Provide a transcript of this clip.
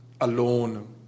alone